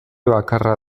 bakarra